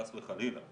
חס וחלילה,